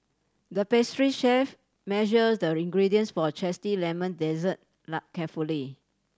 the pastry chef measure the ingredients for a zesty lemon dessert carefully